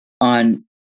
on